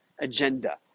agenda